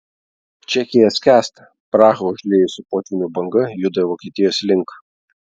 čekija skęsta prahą užliejusi potvynių banga juda vokietijos link